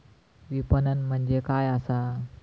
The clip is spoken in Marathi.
विपणन म्हणजे काय असा?